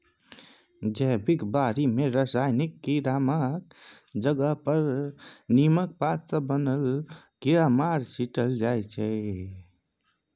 जैबिक बारी मे रासायनिक कीरामारक जगह पर नीमक पात सँ बनल कीरामार छीटल जाइ छै